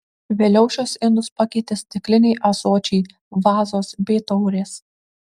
vėliau šiuos indus pakeitė stikliniai ąsočiai vazos bei taurės